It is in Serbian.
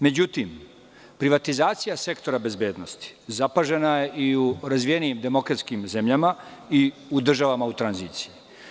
Međutim, privatizacija sektora bezbednosti zapažena je i u razvijenim demokratskim zemljama i u državama u tranziciji.